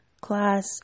class